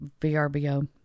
vrbo